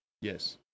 yes